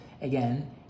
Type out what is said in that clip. again